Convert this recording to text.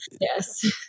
Yes